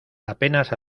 apenas